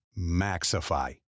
Maxify